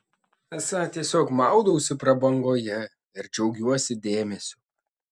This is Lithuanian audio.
esą tiesiog maudausi prabangoje ir džiaugiuosi dėmesiu